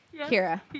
Kira